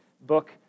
book